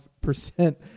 percent